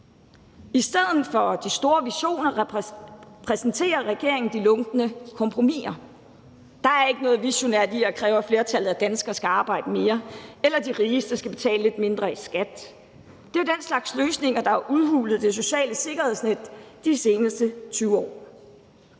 I stedet for de store visioner præsenterer regeringen de lunkne kompromiser. Der er ikke noget visionært i at kræve, at flertallet af danskerne skal arbejde mere, eller at de rigeste skal betale lidt mindre i skat. Det er jo den slags løsninger, der har udhulet det sociale sikkerhedsnet de seneste 20 år.